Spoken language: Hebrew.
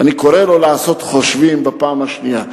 ואני קורא לו לעשות חושבים פעם שנייה.